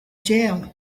jail